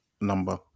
number